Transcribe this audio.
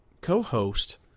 co-host